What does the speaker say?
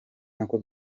nako